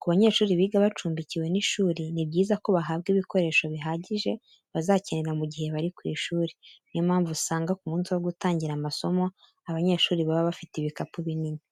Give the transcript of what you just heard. Ku banyeshuri biga bacumbikiwe n'ishuri ni byiza ko bahabwa ibikoresho bihagije bazakenera mu gihe bari ku ishuri, niyo mpamvu usanga ku munsi wo gutangira amasomo abanyeshuri baba bafite ibikapu binini.